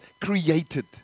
created